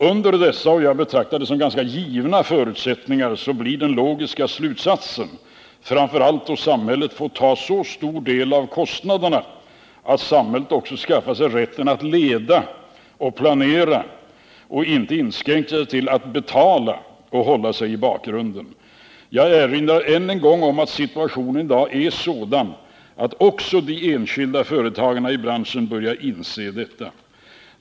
Under dessa —- jag betraktar dem som ganska givna — förutsättningar blir den logiska slutsatsen, framför allt då samhället får ta så stor del av kostnaderna, att samhället också skaffar sig rätten att leda och planera och inte inskränker sig till att betala och hålla sig i bakgrunden. Jag erinrar än en gång om att situationen i dag är sådan att också de enskilda företagarna i branschen börjar inse detta.